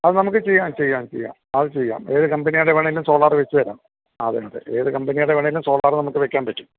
അത് നമുക്ക് ചെയ്യാം ചെയ്യാം ചെയ്യാം അത് ചെയ്യാം ഏത് കമ്പനിയുടെ വേണമെങ്കിലും സോളാറ് വെച്ച് തരാം അതെ അതെ ഏത് കമ്പനിയുടെ വേണമെങ്കിലും സോളാറ് നമുക്ക് വെക്കാൻ പറ്റും